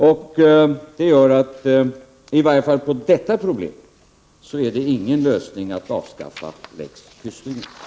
Detta innebär att det, i varje fall beträffande det här problemet, inte är någon lösning att avskaffa lex Pysslingen.